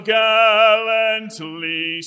gallantly